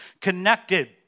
connected